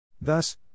Thus